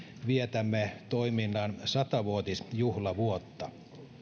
vietämme toiminnan sata vuotisjuhlavuotta